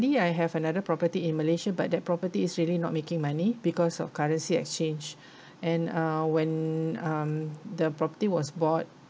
I have another property in malaysia but that property is really not making money because of currency exchange and uh when um the property was bought